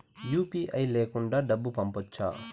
UPI లేకుండా డబ్బు పంపొచ్చా